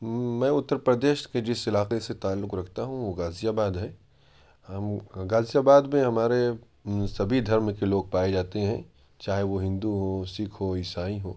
میں اتّر پردیش کے جس علاقے سے تعلق رکھتا ہوں وہ غازی آباد ہے ہم غازی آباد میں ہمارے سبھی دھرم کے لوگ پائے جاتے ہیں چاہے وہ ہندو ہو سکھ ہو عیسائی ہوں